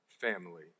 family